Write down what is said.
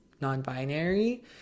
non-binary